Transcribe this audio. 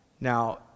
Now